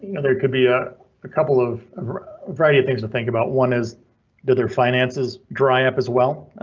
know there could be ah a couple of variety of things to think about. one is did their finances dry up as well?